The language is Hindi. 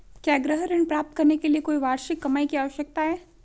क्या गृह ऋण प्राप्त करने के लिए कोई वार्षिक कमाई की आवश्यकता है?